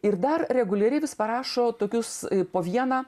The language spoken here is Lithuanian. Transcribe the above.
ir dar reguliariai vis parašo tokius po vieną